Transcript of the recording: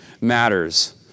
matters